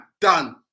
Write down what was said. done